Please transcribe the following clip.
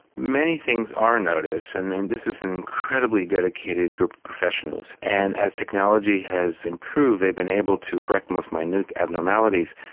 many things are noticed, i and mean this is an incredibly dedicated group of professionals and as technology has improved they've been able to correct most minute abnormalities.